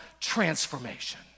transformation